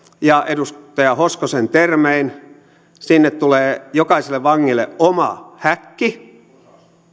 ja edustaja hoskosen termein sinne tulee jokaiselle vangille oma häkki